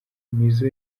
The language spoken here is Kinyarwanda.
nizzo